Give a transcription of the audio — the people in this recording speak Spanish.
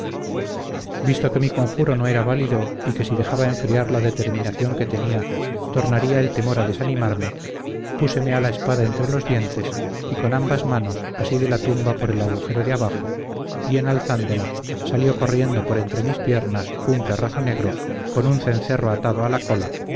que mi conjuro no era válido y que si dejaba enfriar la determinación que tenía tornaría el temor a desanimarme púseme la espada entre los dientes y con ambas manos así de la tumba por el agujero de abajo y en alzándola salió corriendo por entre mis piernas un perrazo negro con un cencerro atado a la cola